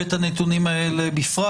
ואת הנתונים האלה בפרט.